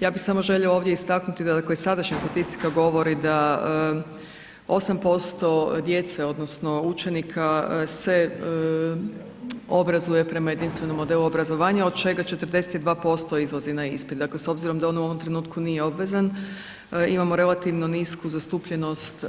Ja bi samo željela ovdje istaknuti, dakle sadašnja statistika govori da 8% djece odnosno učenika se obrazuje prema jedinstvenom modelu obrazovanju od čega 42% izlazi na ispit, dakle s obzirom da n u ovom trenutku nije obvezan, imamo relativno nisu zastupljenost